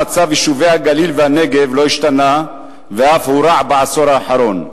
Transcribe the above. מצב יישובי הגליל והנגב לא השתנה ואף הורע בעשור האחרון.